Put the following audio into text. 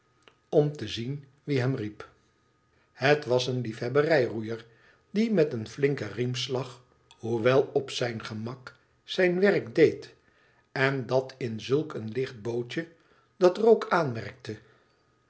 om te zien wie hem riep het was een liefhebberij roeier die met een flinken riemslag hoewel op zijn gemak zijn werk deed en dat in zulk een licht bootje datrogue aanmerkte